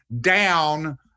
down